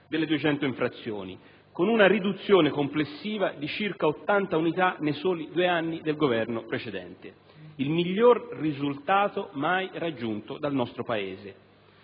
delle 200 infrazioni, con una riduzione complessiva di circa 80 unità nei soli due anni del precedente Governo. Il miglior risultato mai raggiunto dal nostro Paese!